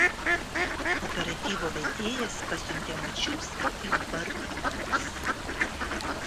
kooperatyvo vedėjas pasiuntė mačiulską į bartninkus